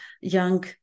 young